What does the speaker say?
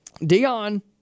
Dion